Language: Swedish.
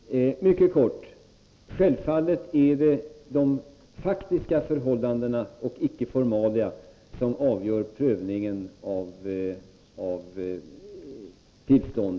Herr talman! Mycket kort. Självfallet är det de faktiska förhållandena och icke formalia som avgör prövningen av tillstånd.